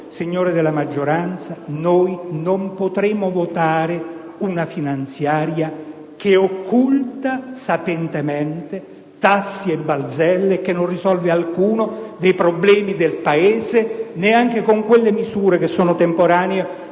signori della maggioranza, non potremo votare una finanziaria che occulta sapientemente tasse e balzelli e che non risolve alcuno dei problemi del Paese, neanche con misure temporanee,